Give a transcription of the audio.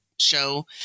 Show